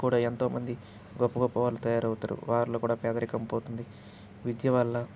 కూడా ఎంతోమంది గొప్ప గొప్ప వాళ్ళు తయారవుతారు వాారిలో కూడా పేదరికం పోతుంది విద్యవల్ల